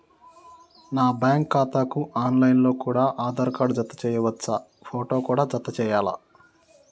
నా బ్యాంకు ఖాతాకు online లో కూడా ఆధార్ కార్డు జత చేయవచ్చా ఫోటో కూడా జత చేయాలా?